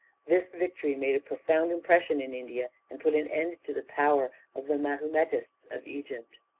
this victory made a profound impression in india, and put an end to the power of the mahumetists of egypt.